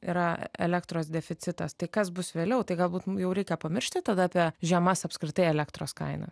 yra elektros deficitas tai kas bus vėliau tai galbūt mum jau reikia pamiršti tada apie žemas apskritai elektros kainas